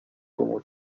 como